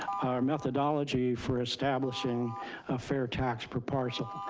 our methodology for establishing a fair tax per parcel.